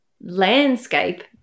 landscape